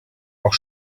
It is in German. auch